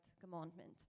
commandment